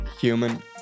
Human